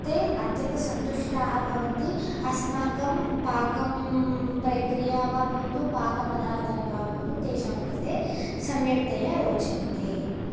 ते अत्यन्तसन्तुष्टाः भवन्ति अस्माकं पाकप्रक्रिया वा भवतु पाकपदार्थानि वा भवतु तेषां कृते सम्क्तया रोचन्ते